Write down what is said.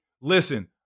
Listen